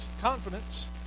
confidence